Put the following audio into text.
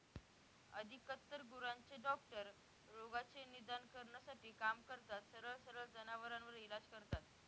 अधिकतर गुरांचे डॉक्टर रोगाचे निदान करण्यासाठी काम करतात, सरळ सरळ जनावरांवर इलाज करता